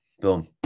Boom